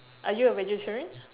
are you a vegetarian